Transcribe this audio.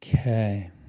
Okay